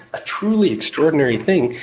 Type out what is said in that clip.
a truly extraordinary thing,